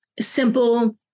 simple